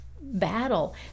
battle